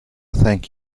thank